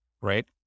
right